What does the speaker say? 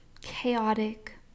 chaotic